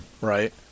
right